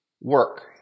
work